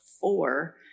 four